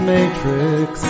Matrix